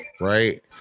right